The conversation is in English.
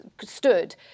stood